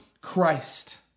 Christ